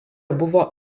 buvo